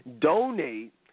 donate